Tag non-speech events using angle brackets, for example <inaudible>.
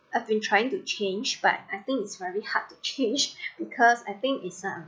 I've been trying to change but I think it's very hard to change <laughs> because I think it's um